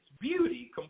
beauty